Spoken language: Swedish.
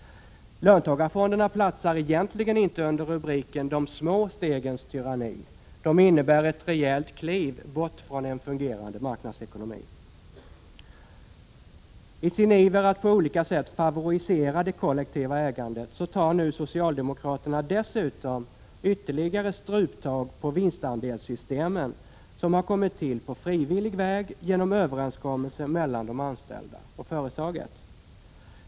Löntagarfonderna platsar egentligen inte under rubriken ”De små stegens tyranni”! De innebär ett rejält kliv bort från en fungerande marknadsekonomi! I sin iver att på olika sätt favorisera det kollektiva ägandet tar nu socialdemokraterna dessutom ytterligare struptag på vinstandelssystemen som har kommit till på frivillig väg genom överenskommelser mellan de anställda och företaget.